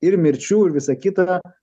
ir mirčių ir visa kita